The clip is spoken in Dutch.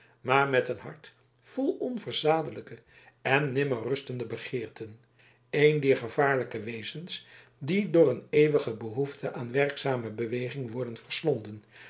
maar met een hart vol onverzadelijke en nimmer rustende begeerten een dier gevaarlijke wezens die door een eeuwige behoefte aan werkzame beweging worden